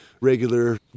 regular